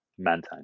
Mantine